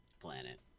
planet